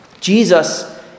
Jesus